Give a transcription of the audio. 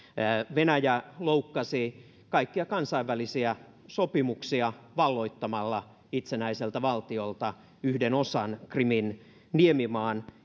venäjä loukkasi kaikkia kansainvälisiä sopimuksia valloittamalla itsenäiseltä valtiolta yhden osan krimin niemimaan